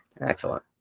Excellent